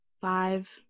Five